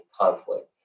conflict